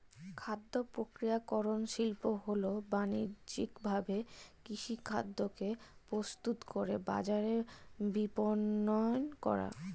খাদ্যপ্রক্রিয়াকরণ শিল্প হল বানিজ্যিকভাবে কৃষিখাদ্যকে প্রস্তুত করে বাজারে বিপণন করা